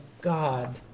God